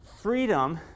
freedom